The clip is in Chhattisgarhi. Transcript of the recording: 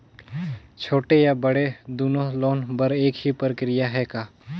छोटे या बड़े दुनो लोन बर एक ही प्रक्रिया है का?